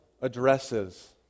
addresses